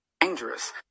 dangerous